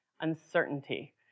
uncertainty